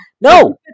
No